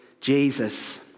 Jesus